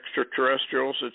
extraterrestrials